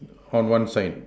on one side